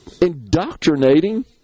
indoctrinating